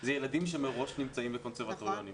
אלה ילדים שמראש נמצאים בקונסרבטוריונים.